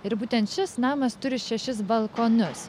ir būtent šis namas turi šešis balkonus